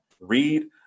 Read